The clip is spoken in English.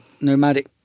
nomadic